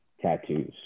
tattoos